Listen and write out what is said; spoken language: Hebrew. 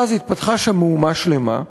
ואז התפתחה שם מהומה שלמה,